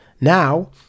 Now